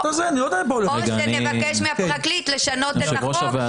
או שנבקש מהפרקליט לשנות את החוק,